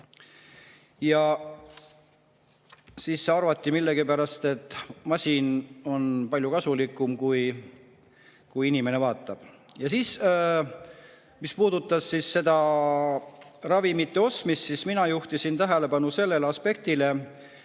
Ja siis arvati millegipärast, et masin on palju kasulikum sellest, kui inimene vaatab. Ja mis puudutab seda ravimite ostmist, siis mina juhtisin tähelepanu aspektile, et